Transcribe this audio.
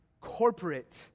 corporate